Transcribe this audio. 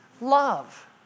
love